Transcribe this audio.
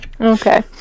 Okay